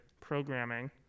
programming